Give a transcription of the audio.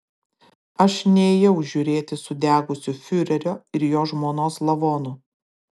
aš nėjau žiūrėti sudegusių fiurerio ir jo žmonos lavonų